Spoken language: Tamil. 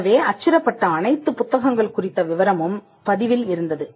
எனவே அச்சிடப்பட்ட அனைத்து புத்தகங்கள் குறித்த விவரமும் பதிவில் இருந்தது